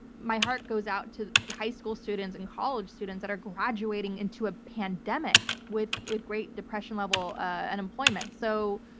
my heart goes out to high school students and college students that are graduating into a pandemic with with great depression level ah unemployment. so,